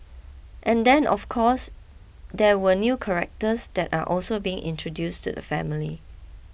and then of course there were new characters that are also being introduced to the family